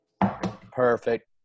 perfect